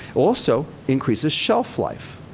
also, increases shelf-life.